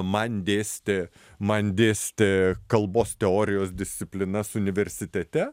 man dėstė man dėstė kalbos teorijos disciplinas universitete